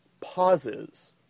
pauses